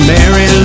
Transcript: Mary